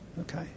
Okay